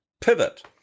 pivot